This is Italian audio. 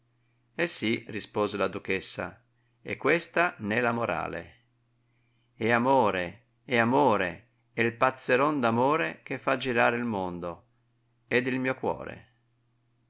eh sì rispose la duchessa e questa n'è la morale è amore è amore è il pazzeron d'amore che fa girare il mondo ed il mio cuore